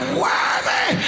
worthy